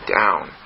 down